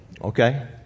Okay